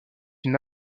une